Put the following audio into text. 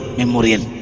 memorial